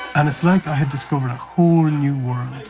and it's like i had discovered a whole new world.